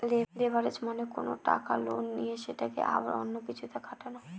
leverage মানে কোনো টাকা লোনে নিয়ে সেটাকে আবার অন্য কিছুতে খাটানো